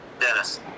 Dennis